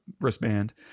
wristband